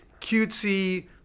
cutesy